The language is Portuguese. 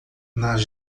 nas